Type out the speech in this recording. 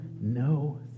no